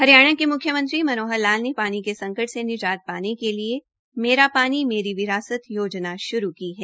हरियाणा के मुख्यमंत्री मनोहर लाल ने पानी के संकट से निजात पाने के लिए मेरा पानी मेरी विरासत योजना शुरू की है